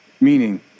Meaning